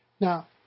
Now